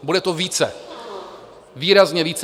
Bude to více, výrazně více.